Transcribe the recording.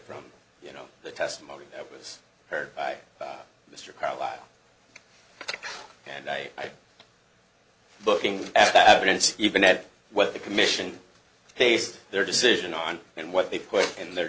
from you know the testimony that was heard by mr carlisle and i looking at that evidence even at what the commission based their decision on and what they put in their